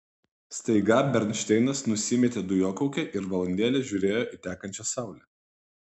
staiga bernšteinas nusimetė dujokaukę ir valandėlę žiūrėjo į tekančią saulę